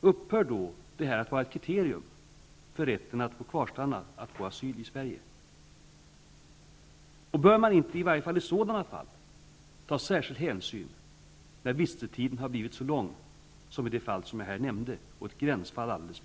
upphör då detta att vara ett kriterium för rätten att få asyl i Sverige? Bör man åtminstone inte i sådana fall ta särskild hänsyn när vistelsetiden har blivit så lång som i det fall jag nämnde och det är fråga om ett gränsfall?